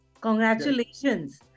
Congratulations